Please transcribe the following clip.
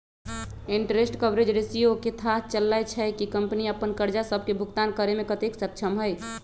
interest coverage ratio से थाह चललय छै कि कंपनी अप्पन करजा सभके भुगतान करेमें कतेक सक्षम हइ